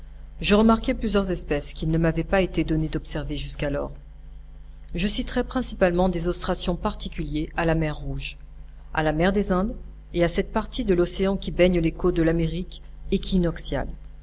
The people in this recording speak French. je remarquai plusieurs espèces qu'il ne m'avait pas été donné d'observer jusqu'alors je citerai principalement des ostracions particuliers à la mer rouge à la mer des indes et à cette partie de l'océan qui baigne les côtes de l'amérique équinoxiale